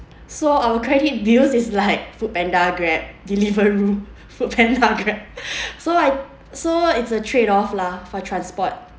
so our credit bills is like foodpanda grab deliveroo foodpanda grab so I so it's a tradeoff lah for transport